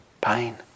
pain